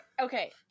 Okay